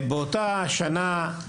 באותה שנה,